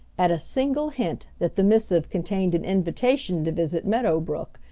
at a single hint that the missive contained an invitation to visit meadow brook,